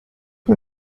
mir